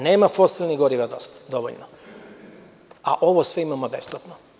Nema fosilnih goriva dovoljno, a ovo sve imamo besplatno.